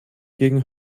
gegen